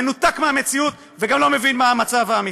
מנותק מהמציאות וגם לא מבין מה המצב האמיתי.